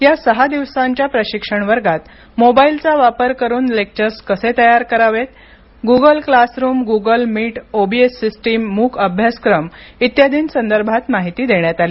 या सहा दिवसाच्या प्रशिक्षण वर्गात मोबाईलचा वापर करून लेक्चर्स कसे तयार करावेत Google classroom Google Meet OBS system MOOC अभ्यासक्रम इत्यादींसंदर्भात माहिती देण्यात आली